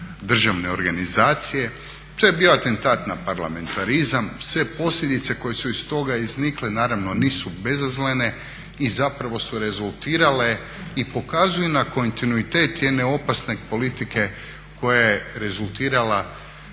državne organizacije, to je bio atentat na parlamentarizam. Sve posljedice koje su iz toga iznikle naravno nisu bezazlene i zapravo su rezultirale i pokazuju na kontinuitet jedne opasne politike koja je rezultirala